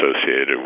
associated